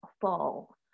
fall